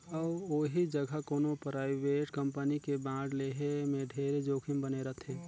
अउ ओही जघा कोनो परइवेट कंपनी के बांड लेहे में ढेरे जोखिम बने रथे